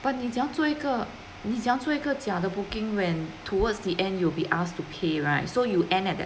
你怎样做一个你怎样做一个假的 booking when towards the end you will be asked to pay right so you end at th~